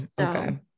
okay